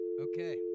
Okay